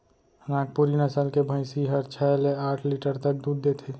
नागपुरी नसल के भईंसी हर छै ले आठ लीटर तक दूद देथे